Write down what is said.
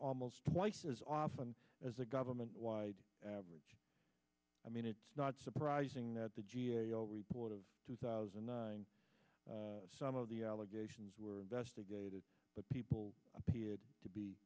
almost twice as often as a government wide average i mean it's not surprising that the g a o report of two thousand and nine some of the allegations were investigated but people appear to be